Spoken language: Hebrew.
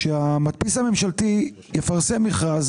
שהמדפיס הממשלתי יפרסם מכרז.